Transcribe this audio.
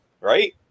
right